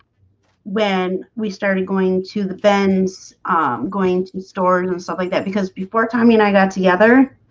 when we started going to the bends going to the stores and stuff like that because before tommy and i got together